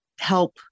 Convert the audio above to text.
help